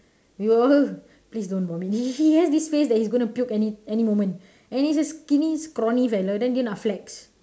you all please don't vomit he has this face that his gonna puke any moment and he is skinny scrawny fellow then cannot flex